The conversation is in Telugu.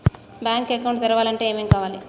బ్యాంక్ అకౌంట్ తెరవాలంటే ఏమేం కావాలి?